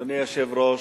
אדוני היושב-ראש,